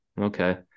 okay